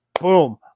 Boom